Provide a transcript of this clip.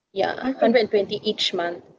ya hu~ hundred and twenty each month